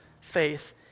faith